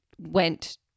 went